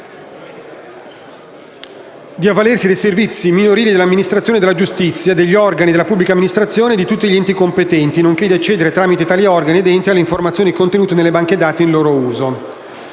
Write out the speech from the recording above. di avvalersi dei servizi minorili dell'Amministrazione della giustizia, degli organi della pubblica amministrazione e di tutti gli enti competenti, nonché di accedere, tramite tali organi ed enti, alle informazioni contenute nelle banche dati in loro uso.